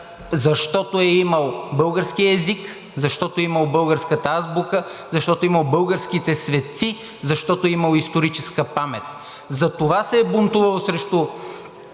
защото е имал български език, защото е имал българската азбука, защото е имал българските светци, защото е имал историческа памет, затова се е бунтувал срещу